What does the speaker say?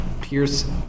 Pierce